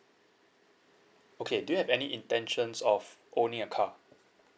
okay do you have any intentions of owning a car